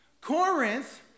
Corinth